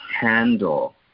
handle